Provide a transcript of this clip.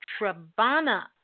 Trabana